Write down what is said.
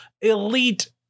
elite